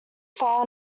far